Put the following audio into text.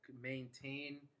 maintain